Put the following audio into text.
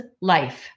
Life